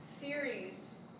theories